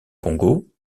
congo